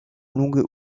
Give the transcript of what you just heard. longues